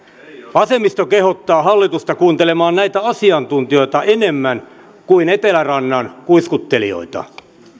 vasemmisto kehottaa hallitusta kuuntelemaan näitä asiantuntijoita enemmän kuin etelärannan kuiskuttelijoita